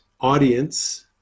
audience